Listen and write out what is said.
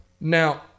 Now